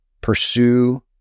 pursue